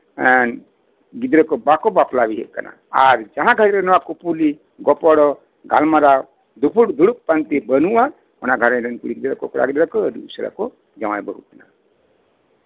ᱮᱸᱜ ᱜᱤᱫᱽᱨᱟᱹ ᱠᱚ ᱵᱟᱠᱚ ᱵᱟᱯᱞᱟ ᱵᱤᱦᱟᱹᱜ ᱠᱟᱱᱟ ᱟᱨ ᱡᱟᱦᱟᱸ ᱜᱷᱟᱸᱨᱚᱡᱽ ᱨᱮ ᱠᱩᱯᱩᱞᱤ ᱜᱚᱯᱚᱲᱚ ᱜᱟᱞᱢᱟᱨᱟᱣ ᱫᱩᱲᱩᱵ ᱯᱟᱱᱛᱮ ᱵᱟᱹᱱᱩᱜᱼᱟ ᱚᱱᱟ ᱜᱷᱟᱸᱨᱚᱡᱽ ᱨᱮᱱ ᱠᱩᱲᱤ ᱜᱤᱫᱽᱨᱟᱹ ᱠᱚᱲᱟ ᱜᱤᱫᱽᱨᱟᱹ ᱠᱚ ᱟᱹᱰᱤ ᱩᱥᱟᱹᱨᱟ ᱠᱚ ᱡᱟᱶᱟᱭ ᱵᱟᱹᱦᱩᱜ ᱠᱟᱱᱟ